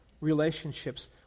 relationships